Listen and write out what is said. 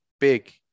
big